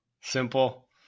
Simple